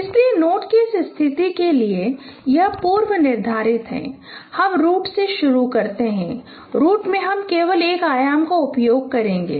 इसलिए नोड की उस स्थिति के लिए यह पूर्व निर्धारित है हम रूट से शुरू कर रहे हैं रूट में हम केवल एक आयाम का उपयोग करेंगे